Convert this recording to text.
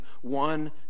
one